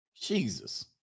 Jesus